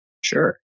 Sure